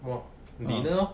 我你呢